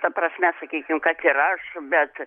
ta prasme sakykim kad ir aš bet